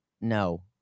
no